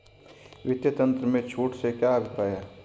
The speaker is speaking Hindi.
वित्तीय तंत्र में छूट से क्या अभिप्राय है?